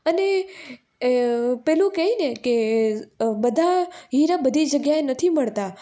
અને પેલું કહે ને કે બધા હીરા બધી જગ્યાએ નથી મળતા